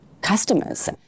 customers